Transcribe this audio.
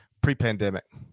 pre-pandemic